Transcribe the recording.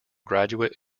graduate